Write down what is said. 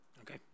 Okay